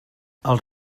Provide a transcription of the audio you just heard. els